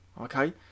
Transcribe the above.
okay